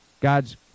God's